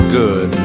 good